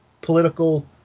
political